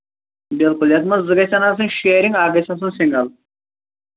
بِلکُل یَتھ منٛز زٕ گژھن آسٕنۍ شِیٚرِنٛگ اکھ گژھِ آسُن سنٛگٕل